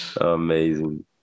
amazing